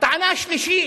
הטענה השלישית,